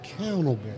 accountable